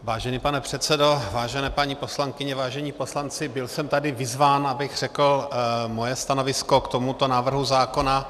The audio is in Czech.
Vážený pane předsedo, vážené paní poslankyně, vážení poslanci, byl jsem tady vyzván, abych řekl své stanovisko k tomuto návrhu zákona.